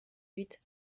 huit